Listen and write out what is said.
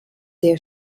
der